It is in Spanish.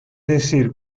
decir